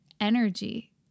energy